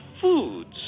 foods